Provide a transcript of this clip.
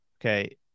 okay